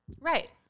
Right